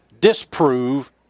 disprove